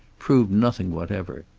proved nothing whatever.